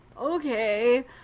okay